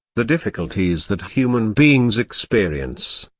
the difficulties that human beings experience,